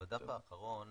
בדף האחרון